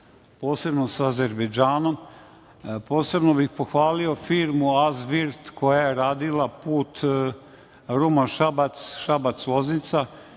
posebno sa Azerbejdžanom. Pohvalio bih posebno firmu „Azvirt“ koja je radila put Ruma-Šabac, Šabac-Loznica.